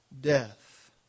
death